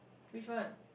which one